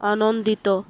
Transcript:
ଆନନ୍ଦିତ